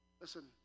Listen